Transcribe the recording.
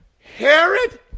Herod